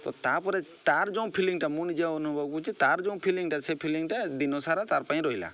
ତ ତା'ପରେ ତାର ଯେଉଁ ଫିଲିଙ୍ଗ୍ଟା ମୁଁ ନିଜେ ଅନୁଭବ କୁଚେ ତାର ଯୋଉଁ ଫିଲିଙ୍ଗ୍ଟା ସେ ଫିଲିଙ୍ଗ୍ଟା ଦିନସାରା ତାର ପାଇଁ ରହିଲା